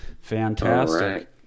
Fantastic